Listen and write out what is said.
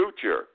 future